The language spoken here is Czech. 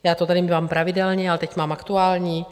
Já to tady mívám pravidelně, ale teď mám aktuální.